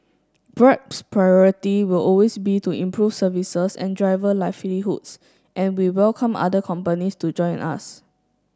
grab's priority will always be to improve services and driver livelihoods and we welcome other companies to join us